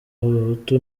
b’abahutu